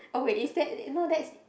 oh wait is that no that's